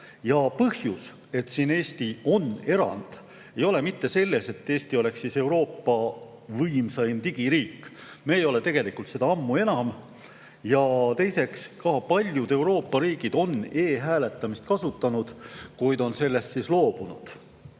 Põhjus, miks Eesti on siin erand, ei ole mitte selles, et Eesti oleks Euroopa võimsaim digiriik. Me ei ole tegelikult seda ammu enam. Teiseks, ka paljud Euroopa riigid on e‑hääletamist kasutanud, kuid on sellest loobunud.